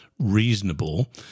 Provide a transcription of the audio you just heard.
Reasonable